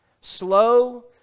slow